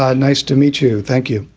ah nice to meet you. thank you.